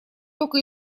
только